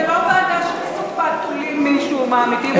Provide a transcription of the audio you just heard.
זה לא ועדה שבסופה תולים מישהו או מעמידים אותו לדין,